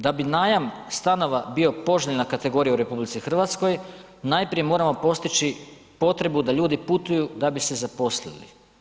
Da bi najam stanova bio poželjna kategorija u RH najprije moramo postići potrebu da ljudi putuju da bi se zaposlili.